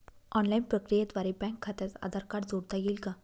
Online प्रक्रियेद्वारे bank खात्यास Aadhaar card जोडता येईल का?